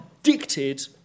addicted